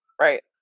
Right